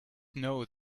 know